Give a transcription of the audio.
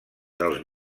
dels